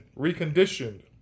reconditioned